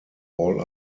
all